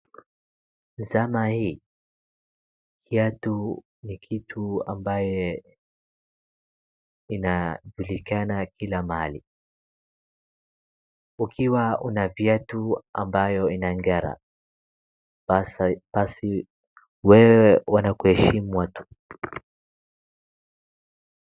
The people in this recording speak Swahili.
Zama hii kiatu ni kitu ambaye inajulikana kila mahali ukiwa na kiatu ambayo inangara basi wewe wanakuheshimu watu.